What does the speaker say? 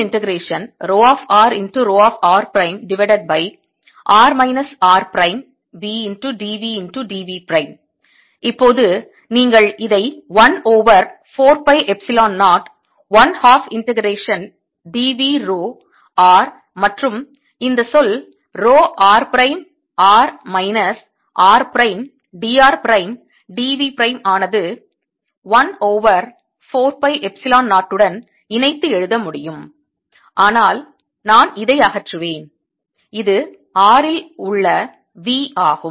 இப்போது நீங்கள் இதை 1 over 4 pi epsilon 0 1 half integration d v rho r மற்றும் இந்த சொல் rho r prime r minus r prime d r prime d v prime ஆனது 1 over 4 pi epsilon 0 உடன் இணைத்து எழுத முடியும் ஆனால் நான் இதை அகற்றுவேன் இது r ல் உள்ள V ஆகும்